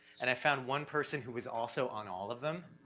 and i found one person who was also on all of them,